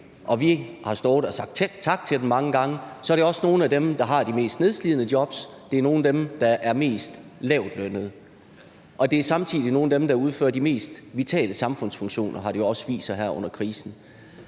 det, der er paradoksalt, er jo, at det er nogle af dem, der har de mest nedslidende jobs, det er nogle af dem, der er mest lavtlønnede, og det er samtidig nogle af dem, der udfører de mest vitale samfundsfunktioner, har det jo også vist sig her under krisen.